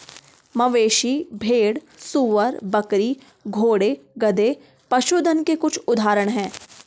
मवेशी, भेड़, सूअर, बकरी, घोड़े, गधे, पशुधन के कुछ उदाहरण हैं